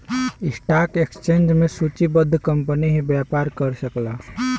stock exchange में सूचीबद्ध company ही व्यापार कर सकला